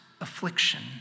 affliction